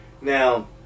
Now